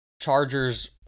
Chargers